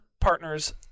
partners